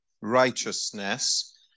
righteousness